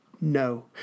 no